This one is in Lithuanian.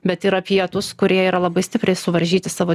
bet yra pietūs kurie yra labai stipriai suvaržyti savo